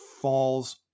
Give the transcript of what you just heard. falls